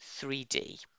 3D